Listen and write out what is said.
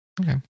Okay